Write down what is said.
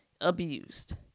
abused